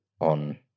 on